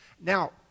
Now